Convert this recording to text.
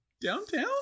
downtown